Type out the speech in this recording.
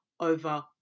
over